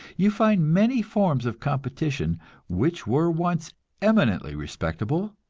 you find many forms of competition which were once eminently respectable,